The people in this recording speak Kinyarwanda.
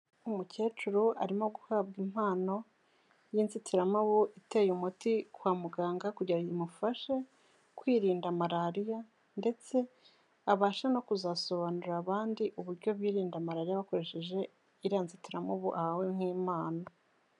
Umukecuru arimo guhabwa impano y'inzitiramubu, iteye umuti kwa muganga kugira ngo imufashe kwirinda Marariya ndetse abashe no kuzasobanurira abandi uburyo birinda Marariya bakoresheje iriya nzitiramubu ahawe nk'impano.